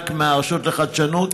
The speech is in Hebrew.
מענק מהרשות לחדשנות